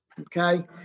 Okay